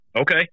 Okay